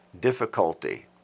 Difficulty